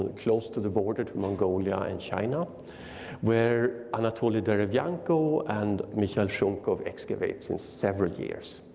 ah close to the border to mongolia and china where anatoli derevianko and michael shunkov excavates in several years.